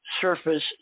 surface